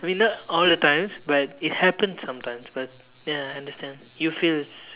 maybe not all the times but it happens sometimes but ya I understand you feel